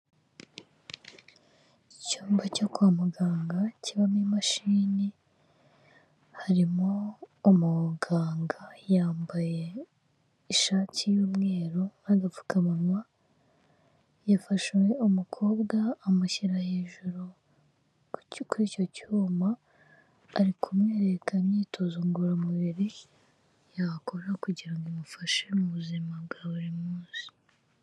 Icyumba cyo kwa muganga kibamo imashini, harimo umuganga. Yambaye ishati y'umweru n'agapfukamunwa, yafashe umukobwa amushyira hejuru kuri icyo cyuma. Ari kumwereka imyitozo ngororamubiri yakora kugira ngo imufashe mu buzima bwa buri munsi.